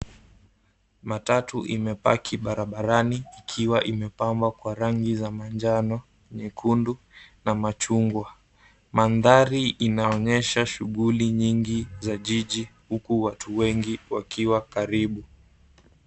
Matatu imepaki barabarani ikiwa imepambwa kwa rangi za manjano, nyekundu na machungwa. Mandhari inaonyesha shughuli nyingi za jiji, huku watu wengi wakiwa karibu.